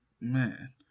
Man